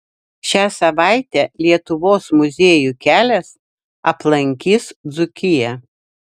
šią savaitę lietuvos muziejų kelias aplankys dzūkiją